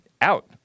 out